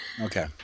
Okay